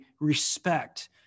respect